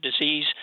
disease